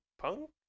punk